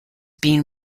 been